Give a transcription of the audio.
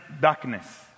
darkness